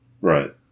Right